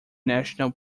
national